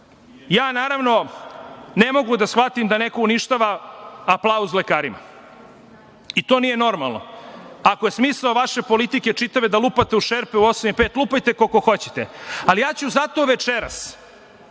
mesto. Ne mogu da shvatim da neko uništavam aplauz lekarima. To nije normalno. Ako je smisao vaše politike čitave da lupate u šerpe u osam i pet, lupajte koliko hoćete, ali ja ću zato večeras